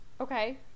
Okay